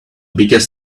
biggest